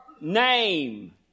name